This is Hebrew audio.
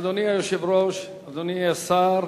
אדוני היושב-ראש, אדוני השר,